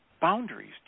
boundaries